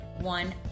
one